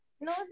No